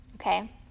Okay